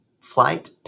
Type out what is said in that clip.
Flight